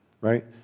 Right